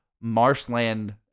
marshland